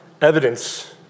evidence